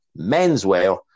Menswear